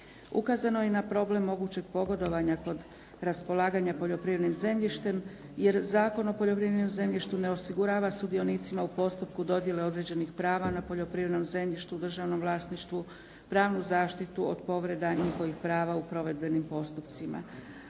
Ukazano je i na problem mogućeg pogodovanja kod raspolaganja poljoprivrednim zemljištem jer Zakon o poljoprivrednom zemljištu ne osigurava sudionicima u postupku dodjele određenih prava na poljoprivrednom zemljištu u državnom vlasništvu, pravnu zaštitu od povreda njihova prava u provedbenim postupcima.